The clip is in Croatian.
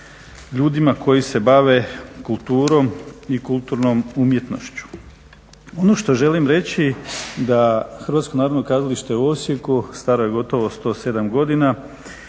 ljudima koji se bave kulturom i kulturnom umjetnošću. Ono što želim reći, da Hrvatsko narodno kazalište u Osijeku staro je gotovo 107 godina